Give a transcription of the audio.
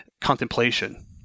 contemplation